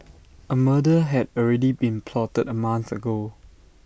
A murder had already been plotted A month ago